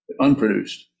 Unproduced